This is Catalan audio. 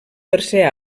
tercer